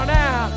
now